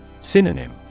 Synonym